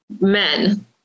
men